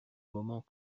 moment